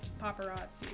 paparazzi